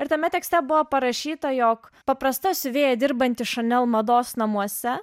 ir tame tekste buvo parašyta jog paprasta siuvėja dirbanti chanel mados namuose